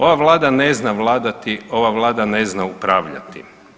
Ova vlada ne zna vladati, ova vlada ne zna upravljati.